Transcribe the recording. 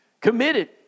committed